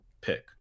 pick